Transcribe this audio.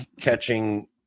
catching